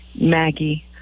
Maggie